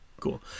cool